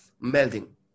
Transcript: melting